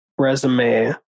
Resume